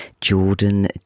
jordan